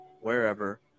wherever